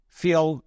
feel